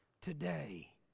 today